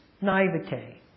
naivete